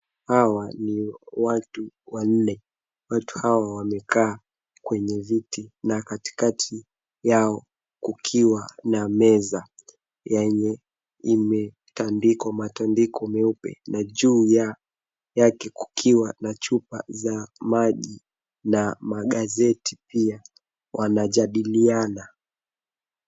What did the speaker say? Hawa ni watu wanne. Watu hawa wamekaa kwenye viti na katikati yao kukiwa na meza yenye imetandikwa matandiko meupe, na juu yake kukiwa na chupa za maji na magazeti pia. Wanajadiliana.